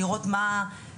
לראות מה האתגרים,